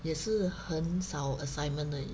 也是很少 assignment 而已